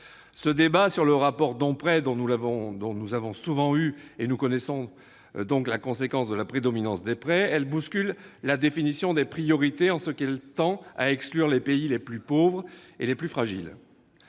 ce débat sur le rapport entre les dons et les prêts, nous connaissons la conséquence de la prédominance des prêts : elle bouscule la définition des priorités, en ce qu'elle tend à exclure les pays les plus pauvres et les plus fragiles.